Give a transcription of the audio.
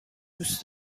دوست